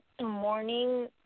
morning